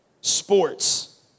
sports